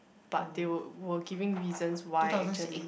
but they were were giving reasons why actually